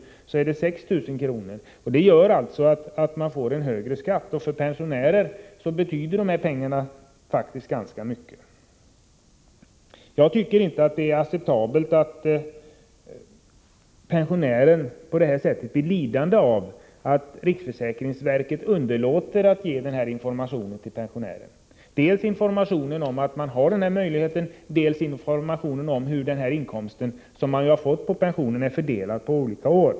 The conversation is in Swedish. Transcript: i intäkt blir det 6 000 kr. mindre. Det gör alltså att dessa människor får en högre skatt, och för pensionärer betyder de här pengarna faktiskt ganska mycket. Jag tycker inte att det är acceptabelt att pensionärer på det här sättet blir lidande av att riksförsäkringsverket underlåter att ge pensionärerna information. Det gäller dels informationen om de möjligheter man har, dels informationen om hur den här inkomsten, som man har fått tillagd på pensionen, är fördelad på olika år.